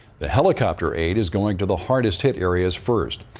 the helicopter aid is going to the hardest-hit areas first.